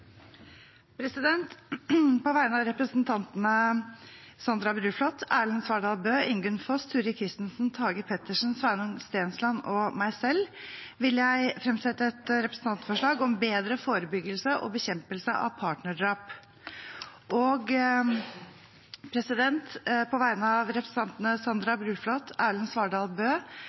På vegne av representantene Sandra Bruflot, Erlend Svardal Bøe, Ingunn Foss, Turid Kristensen, Tage Pettersen, Sveinung Stensland og meg selv vil jeg fremsette et representantforslag om bedre forebyggelse og bekjempelse av partnerdrap. Og på vegne av representantene Sandra Bruflot, Erland Svardal